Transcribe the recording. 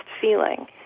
feeling